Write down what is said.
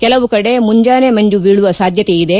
ಕೆಲವು ಕಡೆ ಮುಂಜಾನೆ ಮಂಜು ಬೀಳುವ ಸಾಧ್ಯೆತೆಯಿದೆ